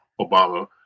Obama